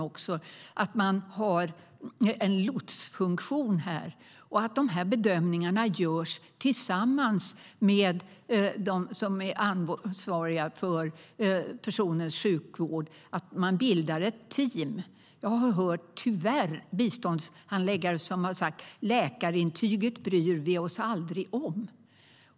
Det innebär att man har en lotsfunktion, att bedömningarna görs tillsammans med dem som är ansvariga för personers sjukvård och att man bildar ett team. Jag har tyvärr hört biståndshandläggare som sagt att de aldrig bryr sig om läkarintyget.